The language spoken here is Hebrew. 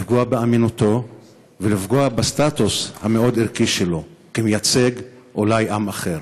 לפגוע באמינותו ולפגוע בסטטוס המאוד-ערכי שלו כמייצג אולי עם אחר